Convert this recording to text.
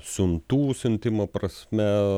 siuntų siuntimo prasme